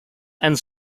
and